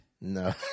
No